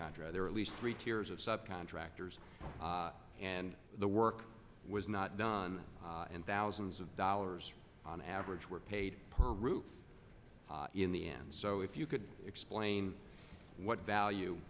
contract there at least three tiers of sub contractors and the work was not done and thousands of dollars on average were paid per group in the end so if you could explain what value